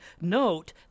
note